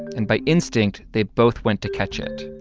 and by instinct, they both went to catch it.